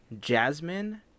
Jasmine